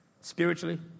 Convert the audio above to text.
spiritually